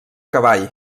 cavall